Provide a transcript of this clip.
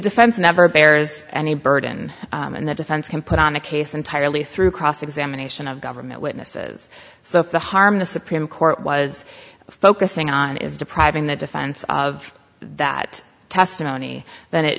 defense number bears any burden and the defense can put on a case entirely through cross examination of government witnesses so if the harm the supreme court was focusing on is depriving the defense of that testimony then it